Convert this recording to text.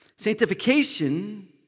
Sanctification